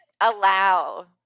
allow